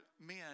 men